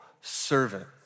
servant